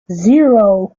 zero